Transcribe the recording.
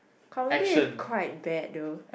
comedy is quite bad though